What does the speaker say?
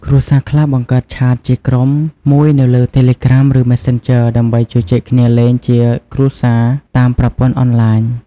គ្រួសារខ្លះបង្កើតឆាតជាក្រុមមួយនៅលើ Telegram ឬ Messenger ដើម្បីជជែកគ្នាលេងជាគ្រួសារតាមប្រព័ន្ធអនឡាញ។